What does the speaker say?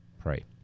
pray